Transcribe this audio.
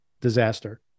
disaster